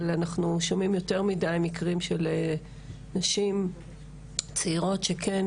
אבל אנחנו שומעים יותר מדי מקרים של נשים צעירות שכן